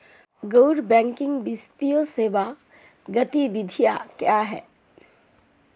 गैर बैंकिंग वित्तीय सेवा गतिविधियाँ क्या हैं?